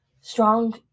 strong